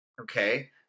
Okay